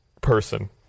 person